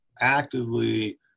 actively